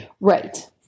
Right